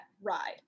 ride